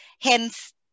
Hence